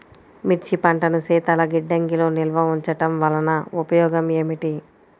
మిర్చి పంటను శీతల గిడ్డంగిలో నిల్వ ఉంచటం వలన ఉపయోగం ఏమిటి?